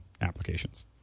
applications